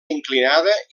inclinada